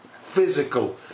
physical